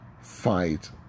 Fight